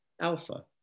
Alpha